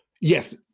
Yes